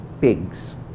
pigs